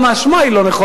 גם ההאשמה היא לא נכונה,